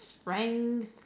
strength